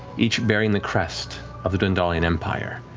each bearing the crest of the dwendalian empire,